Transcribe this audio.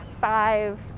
five